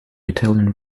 italian